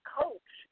coach